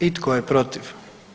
I tko je protiv?